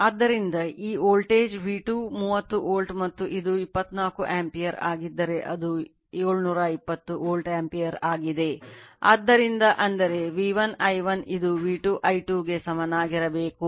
ಆದ್ದರಿಂದ ಅಂದರೆ V1 I 1 ಇದು V 2 I 2 ಗೆ ಸಮನಾಗಿರಬೇಕು